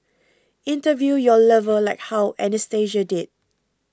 interview your lover like how Anastasia did